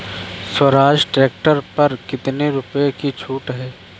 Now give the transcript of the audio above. Swaraj tractor पर कितनी रुपये की छूट है?